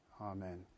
Amen